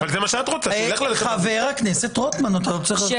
אבל זה מה שאת רוצה, שהוא ילך להליך אזרחי.